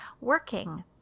working